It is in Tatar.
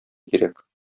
кирәк